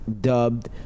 dubbed